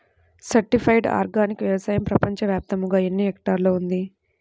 Certified organic వ్యవసాయం ప్రపంచ వ్యాప్తముగా ఎన్నిహెక్టర్లలో ఉంది?